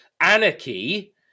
anarchy